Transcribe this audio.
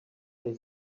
they